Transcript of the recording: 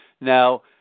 Now